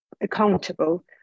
accountable